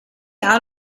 out